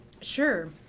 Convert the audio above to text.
Sure